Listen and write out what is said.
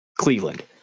Cleveland